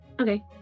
Okay